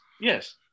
Yes